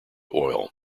oil